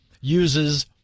uses